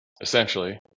essentially